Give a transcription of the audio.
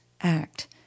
act